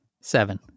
Seven